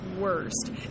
worst